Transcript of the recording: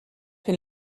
been